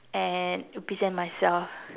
and represent myself